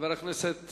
חבר הכנסת